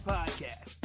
Podcast